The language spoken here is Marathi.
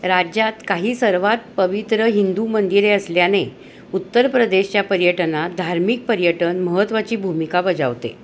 राज्यात काही सर्वात पवित्र हिंदू मंदिरे असल्याने उत्तर प्रदेशच्या पर्यटनात धार्मिक पर्यटन महत्त्वाची भूमिका बजावते